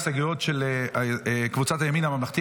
הסתייגויות של קבוצת הימין הממלכתי,